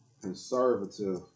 conservative